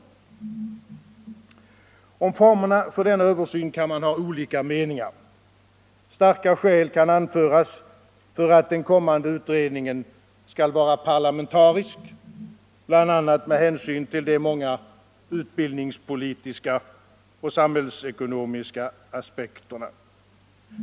Tisdagen den Om formerna för denna översyn kan man ha olika meningar. Starka 20 maj 1975 skäl kan anföras för att den kommande utredningen skall vara parlamentarisk, bl.a. med hänsyn till de många utbildningspolitiska och sam = Vuxenutbildningen, hällsekonomiska aspekterna.